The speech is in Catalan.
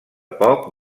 poc